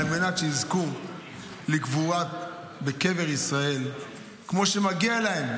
כדי שיזכו לקבורה בקבר ישראל כמו שמגיע להם,